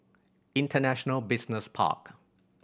International Business Park